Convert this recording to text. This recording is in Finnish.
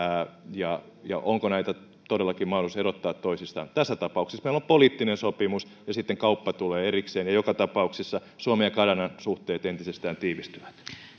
ja ja onko näitä todellakin mahdollisuus erottaa toisistaan tässä tapauksessa meillä on poliittinen sopimus ja sitten kauppa tulee erikseen ja joka tapauksessa suomen ja kanadan suhteet entisestään tiivistyvät